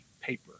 paper